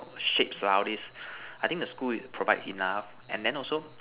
shapes lah all these I think the school is provide enough and then also